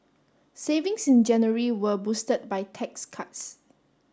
savings in January were boosted by tax cuts